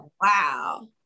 Wow